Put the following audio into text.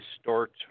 start